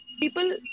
people